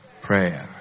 prayer